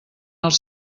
els